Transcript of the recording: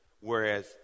whereas